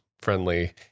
friendly